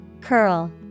Curl